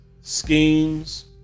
schemes